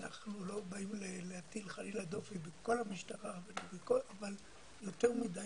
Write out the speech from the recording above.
אנחנו לא באים להטיל חלילה דופי בכל המשטרה אבל יותר מדי